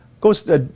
goes